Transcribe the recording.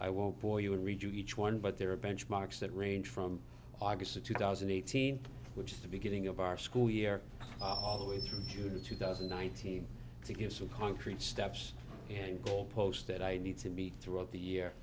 i won't bore you and redo each one but there are benchmarks that range from august to two thousand and eighteen which is the beginning of our school year all the way through june of two thousand and nineteen to give some concrete steps and goal posts that i need to meet throughout the year